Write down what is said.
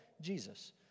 Jesus